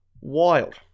Wild